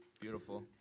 Beautiful